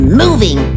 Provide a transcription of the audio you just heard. moving